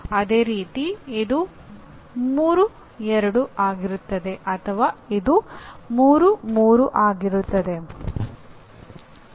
ಅದೇ ರೀತಿ ಇದು 3 2 ಆಗಿರುತ್ತದೆ ಅಥವಾ ಇದು 3 3 ಆಗಿರುತ್ತದೆ